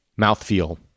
mouthfeel